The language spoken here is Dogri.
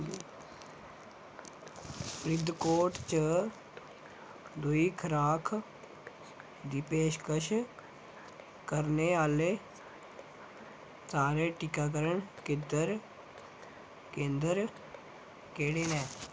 फरीदकोट च दूई खराक दी पेशकश करने आह्ले सारे टीकाकरण केंदर केह्ड़े न